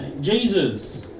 Jesus